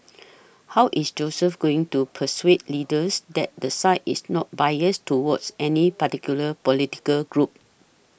how is Joseph going to persuade leaders that the site is not biased towards any particular political group